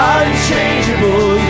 unchangeable